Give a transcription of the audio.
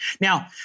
Now